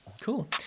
Cool